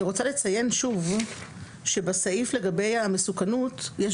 אני רוצה לציין שוב שבסעיף לגבי המסוכנות יש